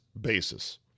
basis